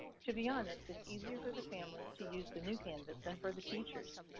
to be honest, it's easy for the families to use the new canvas than for the teachers.